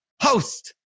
host